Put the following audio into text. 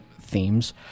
themes